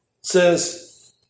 says